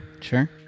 Sure